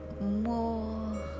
more